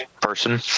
person